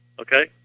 Okay